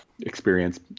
experience